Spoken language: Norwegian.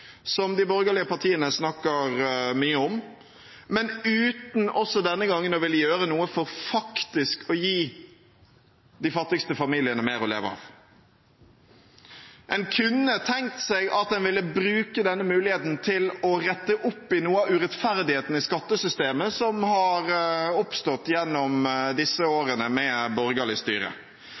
som de borgerlige partiene snakker mye om, men også denne gangen uten å ville gjøre noe for faktisk å gi de fattigste familiene mer å leve av. En kunne tenkt seg at en ville bruke denne muligheten til å rette opp i noe av urettferdigheten i skattesystemet som har oppstått gjennom disse årene med borgerlig styre.